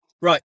Right